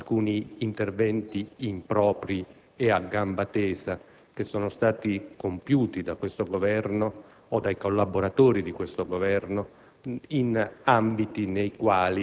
due. Si comprendono così anche alcuni interventi impropri e a gamba tesa compiuti da questo Governo o dai collaboratori di questo Governo